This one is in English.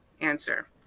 answer